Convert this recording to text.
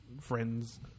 friends